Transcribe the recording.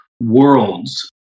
worlds